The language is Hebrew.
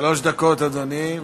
שלוש דקות, אדוני.